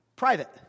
Private